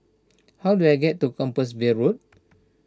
how do I get to Compassvale Road